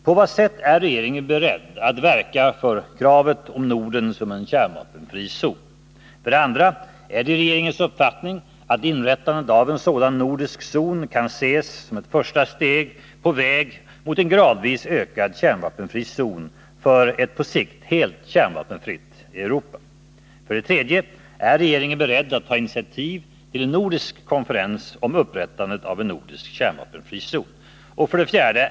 På vad sätt är regeringen beredd att verka för kravet om Norden som en kärnvapenfri zon? 2. Är det regeringens uppfattning att inrättandet av en sådan nordisk zon kan ses som ett första steg mot en gradvis ökad kärnvapenfri zon för ett på sikt helt kärnvapenfritt Europa? 3. Är regeringen beredd att ta initiativ till en nordisk konferens om inrättandet av en nordisk kärnvapenfri zon? 4.